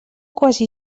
quasi